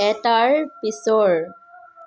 এটাৰ পিছৰ